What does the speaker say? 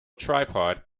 tripod